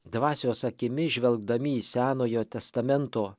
dvasios akimis žvelgdami į senojo testamento